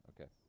Okay